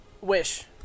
wish